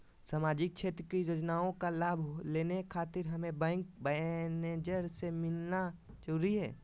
सामाजिक क्षेत्र की योजनाओं का लाभ लेने खातिर हमें बैंक मैनेजर से मिलना जरूरी है?